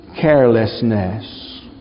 carelessness